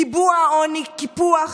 קיבוע העוני, קיפוח,